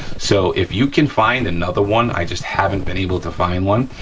so if you can find another one i just haven't been able to find one,